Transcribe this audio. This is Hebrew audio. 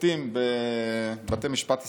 שופטים בבתי משפט ישראליים.